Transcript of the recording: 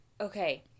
okay